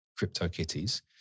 CryptoKitties